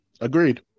Agreed